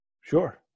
Sure